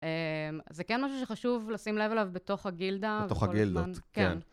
זה כן משהו שחשוב לשים לב עליו בתוך הגילדה. בתוך הגילדות, כן.